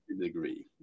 degree